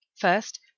First